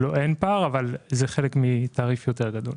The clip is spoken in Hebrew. אבל זה חלק מתעריף יותר גדול.